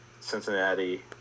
Cincinnati